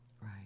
Right